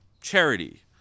charity